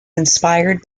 inspired